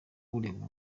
ureba